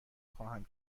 خواهم